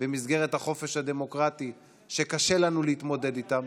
במסגרת החופש הדמוקרטי שקשה לנו להתמודד איתן,